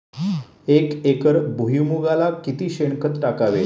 एक एकर भुईमुगाला किती शेणखत टाकावे?